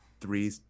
three